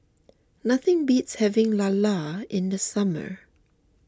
nothing beats having Lala in the summer